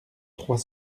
trois